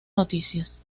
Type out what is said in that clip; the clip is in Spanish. noticias